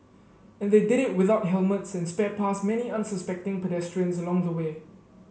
and they did it without helmets and sped past many unsuspecting pedestrians along the way